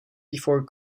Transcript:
before